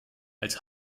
als